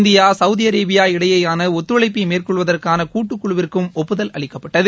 India Saudi Arabia இடையேயான ஒத்தழைப்பை மேற்கொள்வதற்கான கூட்டு குழுவிற்கும் ஒப்புதால் அளிக்கப்பட்டது